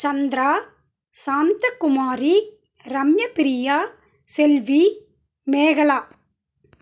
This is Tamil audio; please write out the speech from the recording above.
சந்திரா சாந்தகுமாரி ரம்யபிரியா செல்வி மேகலா